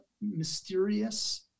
mysterious